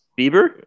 Bieber